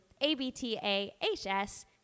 A-B-T-A-H-S